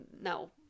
no